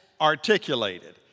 articulated